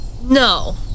No